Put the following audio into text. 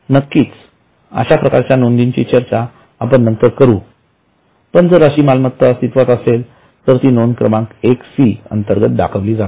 नक्कीच अशाप्रकारच्या नोंदीची चर्चा आपण नंतर करू परंतु जर अशी मालमत्ता अस्तित्वात असेल तर ती नोंद क्रमांक १ सी अंतर्गत दाखविली जाते